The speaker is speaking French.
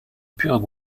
purent